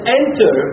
enter